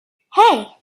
hey